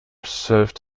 served